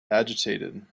agitated